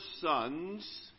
sons